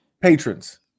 Patrons